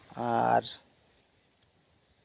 ᱟᱨ